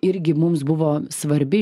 irgi mums buvo svarbi